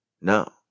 No